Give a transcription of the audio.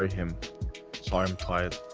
him. sorry, i'm tired